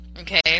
Okay